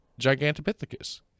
Gigantopithecus